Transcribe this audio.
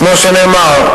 כמו שנאמר,